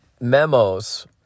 memos